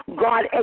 God